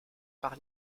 par